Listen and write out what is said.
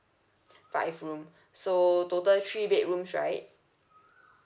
five room so total three bedrooms right